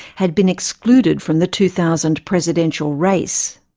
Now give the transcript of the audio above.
had been excluded from the two thousand presidential race.